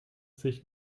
sich